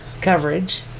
coverage